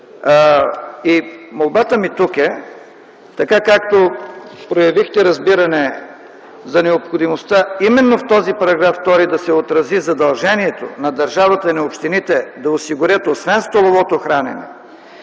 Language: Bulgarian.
Молбата ми тук е така, както проявихте разбиране за необходимостта именно в този § 2 да се отрази задължението на държавата и общините да осигурят освен столовото хранене